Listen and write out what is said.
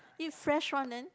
eat fresh one then